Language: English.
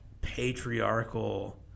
patriarchal